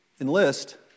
enlist